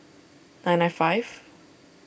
nine nine five